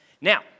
Now